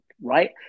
right